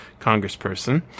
congressperson